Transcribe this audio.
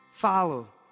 follow